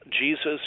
Jesus